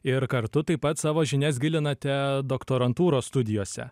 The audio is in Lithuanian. ir kartu taip pat savo žinias gilinate doktorantūros studijose